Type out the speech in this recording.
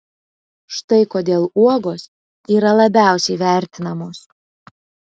štai kodėl uogos yra labiausiai vertinamos